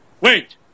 Wait